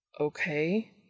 Okay